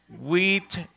wheat